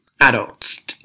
adults